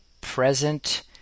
present